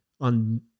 on